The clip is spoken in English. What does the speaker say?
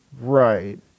right